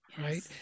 right